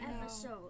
episode